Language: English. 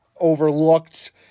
overlooked